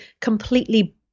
completely